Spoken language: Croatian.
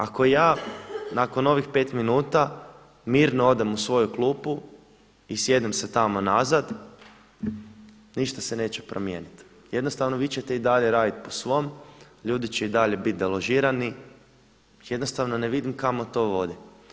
Ako ja nakon ovih 5 minuta mirno odem u svoju klupu i sjednem se tamo nazad ništa se neće promijeniti, jednostavno vi ćete i dalje raditi po svom, ljudi će i dalje biti deložirani, jednostavno ne vidim kamo to vodi.